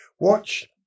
watch